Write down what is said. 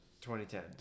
2010